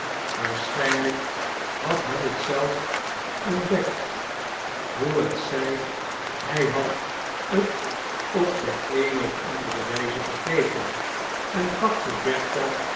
waarschijnlqk had hij t zelf ontdekt hoe t zij hg had t op de eene of andere wijze begrepen en pakte